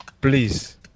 please